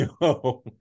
No